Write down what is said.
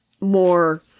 more